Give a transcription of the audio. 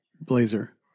blazer